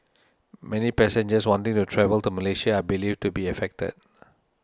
many passengers wanting to travel to Malaysia believed to be affected